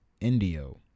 Indio